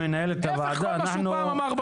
להיפך מכל מה שהוא פעם אמר.